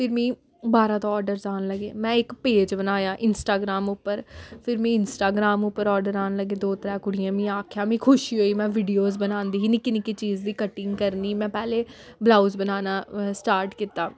फिर मिगी बाह्रा दा आर्डरस आन लगे में इक पेज बनाया इंस्टाग्राम उप्पर फिर मीं इंस्टाग्राम उप्पर आर्डर आन लगे दो त्रै कुड़ियें मीं आखेआ मिगी खुशी होई में वीडियोज बनांदी ही निक्की निक्की चीज़ दी कटिंग करनी में पैह्लें ब्लउज बनाना स्टार्ट कीता